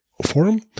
forum